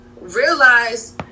realize